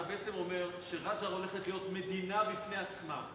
אתה בעצם אומר שרג'ר הולך להיות מדינה בפני עצמה.